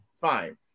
Fine